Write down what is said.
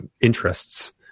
interests